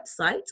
website